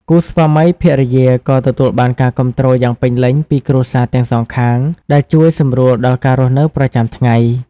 គូស្វាមីភរិយាក៏ទទួលបាន ការគាំទ្រយ៉ាងពេញលេញពីគ្រួសារទាំងសងខាង ដែលជួយសម្រួលដល់ការរស់នៅប្រចាំថ្ងៃ។